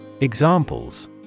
Examples